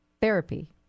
therapy